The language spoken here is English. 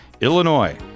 Illinois